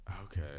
Okay